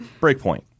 Breakpoint